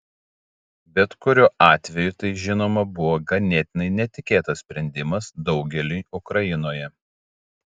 bet kuriuo atveju tai žinoma buvo ganėtinai netikėtas sprendimas daugeliui ukrainoje